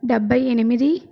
డెబ్భై ఎనిమిది